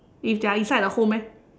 if they are inside the home eh